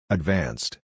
Advanced